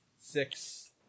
six